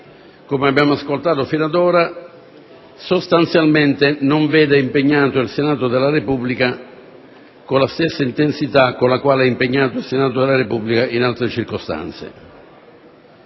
come abbiamo ascoltato fino ad ora - sostanzialmente non veda impegnato il Senato della Repubblica con la stessa intensità con la quale esso è impegnato in altre circostanze.